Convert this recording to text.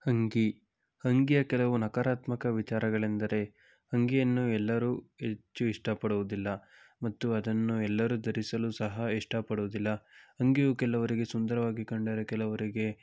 ಅಂಗಿ ಅಂಗಿಯ ಕೆಲವು ನಕರಾತ್ಮಕ ವಿಚಾರಗಳೆಂದರೆ ಅಂಗಿಯನ್ನು ಎಲ್ಲರೂ ಹೆಚ್ಚು ಇಷ್ಟಪಡುವುದಿಲ್ಲ ಮತ್ತು ಅದನ್ನು ಎಲ್ಲರೂ ಧರಿಸಲು ಸಹ ಇಷ್ಟಪಡೂದಿಲ್ಲ ಅಂಗಿಯು ಕೆಲವರಿಗೆ ಸುಂದರವಾಗಿ ಕಂಡರೆ ಕೆಲವರಿಗೆ